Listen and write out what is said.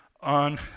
on